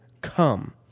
come